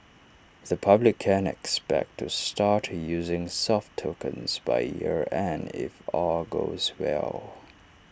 the public can expect to start using soft tokens by year end if all goes well